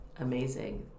amazing